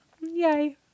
yay